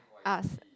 us